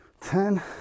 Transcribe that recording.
ten